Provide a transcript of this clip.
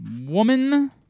Woman